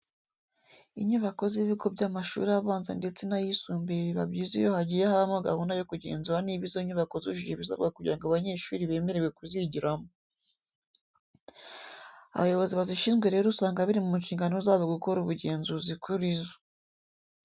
Inyubako z'ibigo by'amashuri abanza ndetse n'ayisumbuye biba byiza iyo hagiye habaho gahunda yo kugenzura niba izo nyubako zujuje ibisabwa kugira ngo abanyeshuri bemererwe kuzigiramo. Abayobozi bazishinzwe rero usanga biri mu nshingano zabo gukora ubugenzuzi kuri zo.